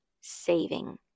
saving